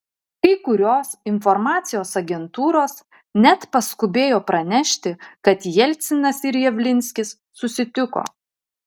kai kurios informacijos agentūros net paskubėjo pranešti kad jelcinas ir javlinskis susitiko